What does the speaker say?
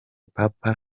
papa